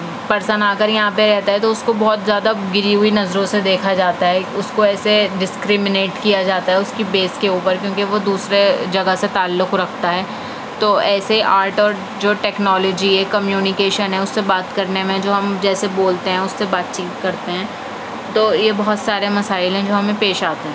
person آ کر یہاں پہ رہتا ہے تو اُس کو بہت زیادہ گری ہوئی نظروں سے دیکھا جاتا ہے اُس کو ایسے ڈسکریمنیٹ کیا جاتا ہے اُس کی بیس کے اُوپر کیونکہ وہ دوسرے جگہ سے تعلق رکھتا ہے تو ایسے آرٹ اور جو ٹیکنالوجی ہے کمیونیکیشن ہے اُس سے بات کرنے میں جو ہم جیسے بولتے ہیں اُس سے بات چیت کرتے ہیں تو یہ بہت سارے مسائل ہیں جو ہمیں پیش آتے ہیں